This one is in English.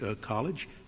College